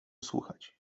słuchać